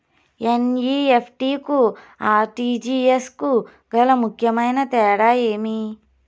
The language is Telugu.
ఎన్.ఇ.ఎఫ్.టి కు ఆర్.టి.జి.ఎస్ కు గల ముఖ్యమైన తేడా ఏమి?